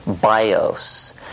bios